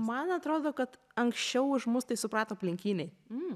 man atrodo kad anksčiau už mus tai suprato aplinkiniai